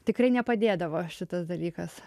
tikrai nepadėdavo šitas dalykas